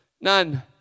None